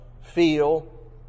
feel